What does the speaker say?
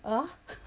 !huh!